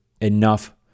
enough